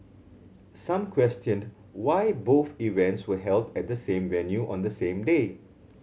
some questioned why both events were held at the same venue on the same day